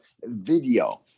video